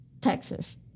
Texas